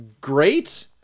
great